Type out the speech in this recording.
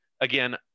again